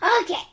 Okay